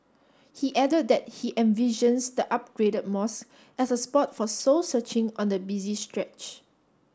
he added that he envisions the upgraded mosque as a spot for soul searching on the busy stretch